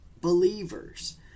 believers